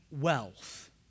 wealth